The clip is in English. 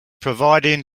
providing